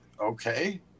okay